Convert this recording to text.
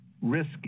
risk